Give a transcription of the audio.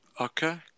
Okay